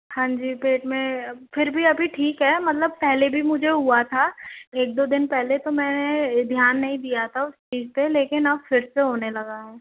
हाँ जी पेट में फिर भी अभी ठीक है मतलब पहले भी मुझे हुआ था एक दो दिन पहले तो मैंने ध्यान नहीं दिया था उस चीज पे लेकिन अब फिर से होने लगा है